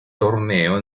torneo